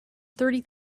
thirty